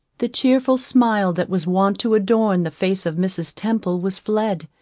the cheerful smile that was wont to adorn the face of mrs. temple was fled,